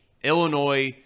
Illinois